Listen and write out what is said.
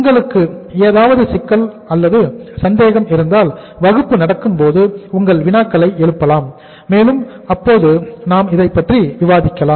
உங்களுக்கு ஏதாவது சிக்கல் அல்லது சந்தேகம் இருந்தால் வகுப்பு நடக்கும்போது உங்கள் வினாக்களை எழுப்பலாம் மேலும் அப்போது நாம் இதைப் பற்றி விவாதிக்கலாம்